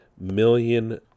million